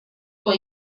for